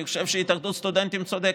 אני חושב שהתאחדות הסטודנטים צודקת.